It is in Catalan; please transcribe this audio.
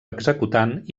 executant